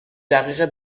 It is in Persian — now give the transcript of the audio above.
دقیقه